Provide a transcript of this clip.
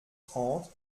trente